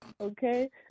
Okay